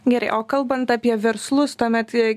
gerai o kalbant apie verslus tuomet